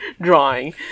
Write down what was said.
drawing